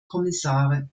kommissare